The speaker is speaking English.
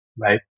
Right